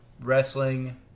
wrestling